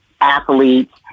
athletes